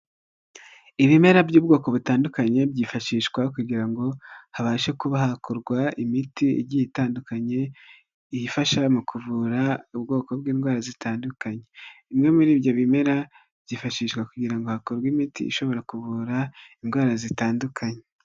Ibimera by'ubwoko butandukanye byifashishwa kugira ngo habashe kuba hakorwa imiti igiye itandukanye, ifasha mu kuvura ubwoko bw'indwara zitandukanye. Bimwe muri ibyo bimera, byifashishwa kugira hakorwe imiti ishobora kuvura indwara zitandukanye.